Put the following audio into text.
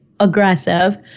aggressive